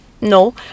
no